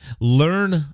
learn